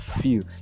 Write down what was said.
feel